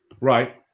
Right